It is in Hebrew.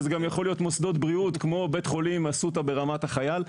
שזה יכול להיות מוסדות בריאות כמו בית חולים "אסותא" ברמת החייל.